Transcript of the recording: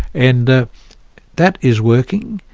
and that is working.